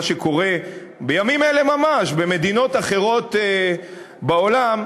למה שקורה בימים אלה ממש במדינות אחרות בעולם,